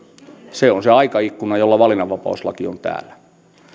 se on se aikaikkuna jolloin valinnanvapauslaki on täällä